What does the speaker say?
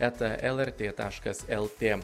eta lrt taškas lt